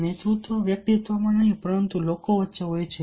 નેતૃત્વ વ્યક્તિમાં નહીં પરંતુ લોકો વચ્ચે હોય છે